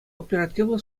оперативлӑ